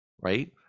right